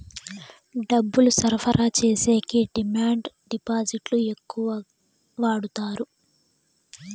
డబ్బులు సరఫరా చేసేకి డిమాండ్ డిపాజిట్లు ఎక్కువ వాడుతారు